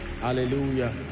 Hallelujah